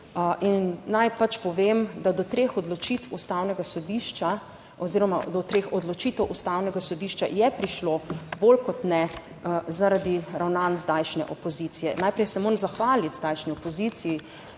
Naj pač povem, da je do treh odločitev Ustavnega sodišča prišlo bolj kot ne zaradi ravnanj zdajšnje opozicije. Najprej se moram zahvaliti zdajšnji opoziciji,